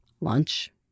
lunch